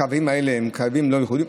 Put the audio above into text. הקווים האלה הם קווים לא ייחודיים,